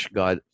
god